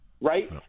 Right